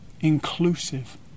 inclusive